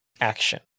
action